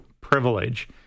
privilege